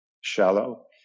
shallow